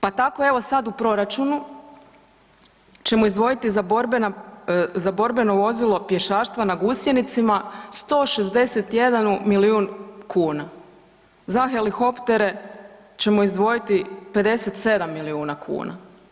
Pa tako evo sad u proračunu ćemo izdvojiti za borbena, za borbeno vozilo pješaštva na gusjenicama 161 milijun kuna, za helihoptere ćemo izdvojiti 57 milijuna kuna.